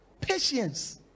patience